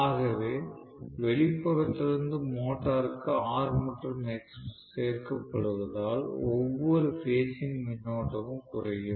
ஆகவே வெளிப்புறத்திலிருந்து மோட்டருக்கு R மற்றும் X சேர்க்கப்படுவதால் ஒவ்வொரு பேஸ் ன் மின்னோட்டமும் குறையும்